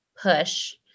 push